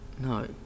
no